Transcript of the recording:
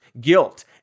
guilt